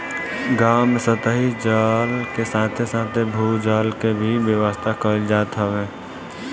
गांव में सतही जल के साथे साथे भू जल के भी व्यवस्था कईल जात हवे